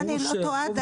אם אני לא טועה,